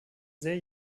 sehr